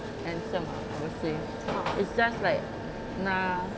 handsome ah I would say it's just like nah